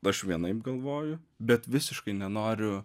aš vienaip galvoju bet visiškai nenoriu